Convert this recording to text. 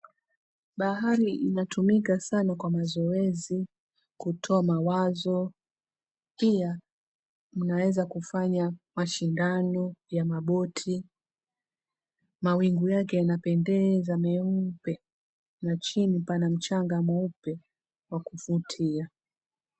Bahari inatumika sana kwa mazoezi, kutoa mawazo, pia mnaweza kufanya mashindano ya maboti. Mawingu yake yanapendeza meupe, na chini pana mchanga mweupe wa kuvutia.